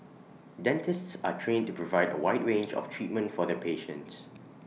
dentists are trained to provide A wide range of treatment for their patients